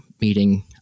meeting